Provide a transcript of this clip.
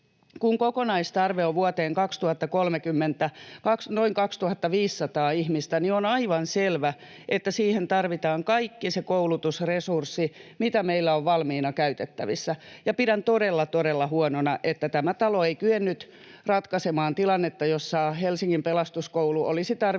Kun kokonaistarve on vuoteen 2030 noin 2 500 ihmistä, niin on aivan selvä, että siihen tarvitaan kaikki se koulutusresurssi, mitä meillä on valmiina käytettävissä. Pidän todella, todella huonona, että tämä talo ei kyennyt ratkaisemaan tilannetta, jossa Helsingin Pelastuskoulu olisi tarvinnut